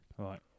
Right